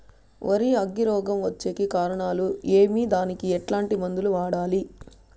వరి అగ్గి రోగం వచ్చేకి కారణాలు ఏమి దానికి ఎట్లాంటి మందులు వాడాలి?